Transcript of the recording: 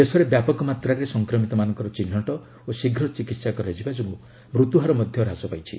ଦେଶରେ ବ୍ୟାପକ ମାତ୍ରାରେ ସଂକ୍ରମିତମାନଙ୍କର ଚିହ୍ରଟ ଓ ଶୀଘ୍ର ଚିକିତ୍ସା କରାଯିବା ଯୋଗୁଁ ମୃତ୍ୟୁ ହାର ମଧ୍ୟ ହ୍ରାସ ପାଇଛି